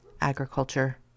Agriculture